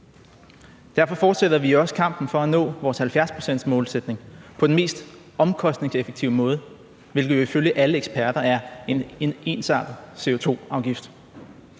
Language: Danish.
Derfor fortsætter vi også kampen for at nå vores 70-procentsmålsætning på den mest omkostningseffektive måde, hvilket ifølge alle eksperter er en ensartet CO2-afgift.